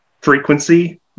frequency